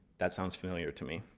that sounds familiar to me.